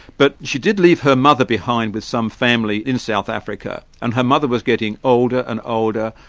but she did leave her mother behind with some family in south africa, and her mother was getting older and older,